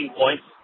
points